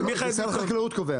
שר החקלאות קובע.